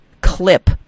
clip